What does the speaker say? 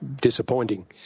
disappointing